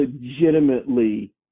legitimately